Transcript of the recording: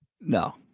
No